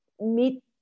meet